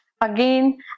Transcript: Again